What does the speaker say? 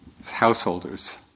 householders